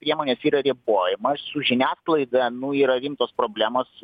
priemonės yra ribojamos su žiniasklaida nu yra rimtos problemos